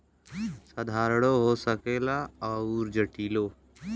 साधारणो हो सकेला अउर जटिलो